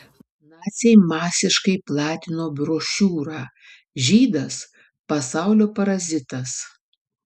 naciai masiškai platino brošiūrą žydas pasaulio parazitas